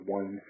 one